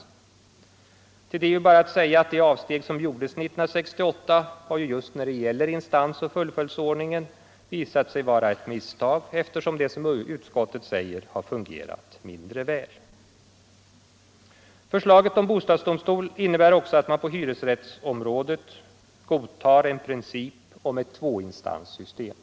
Till det är bara att säga att det avsteg som gjordes 1968 har, just när det gäller instansoch fullföljdsordningen, visat sig vara ett misstag, eftersom det, som utskottet säger, har fungerat mindre väl. Förslaget om bostadsdomstol innebär också att man på hyresrättsområdet godtar en princip om ett tvåinstanssystem.